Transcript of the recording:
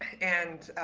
and,